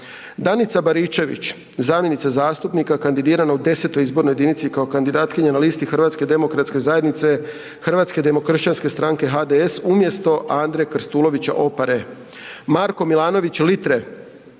Danica Baričević, zamjenica zastupnika kandidirana u X. izbornoj jedinici kao kandidatkinja na listi Hrvatske demokratske zajednice, Hrvatske demokršćanske stranke, HDS umjesto Andre Krstulovića Opare. Marko Milanović Litre,